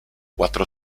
quattro